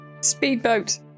Speedboat